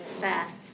Fast